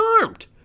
armed